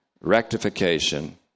rectification